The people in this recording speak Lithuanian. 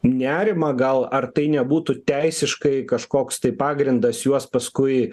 nerimą gal ar tai nebūtų teisiškai kažkoks tai pagrindas juos paskui